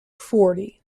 forty